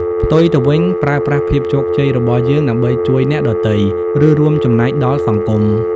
ផ្ទុយទៅវិញ ប្រើប្រាស់ភាពជោគជ័យរបស់យើងដើម្បីជួយអ្នកដទៃ ឬរួមចំណែកដល់សង្គម។